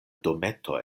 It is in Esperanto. dometo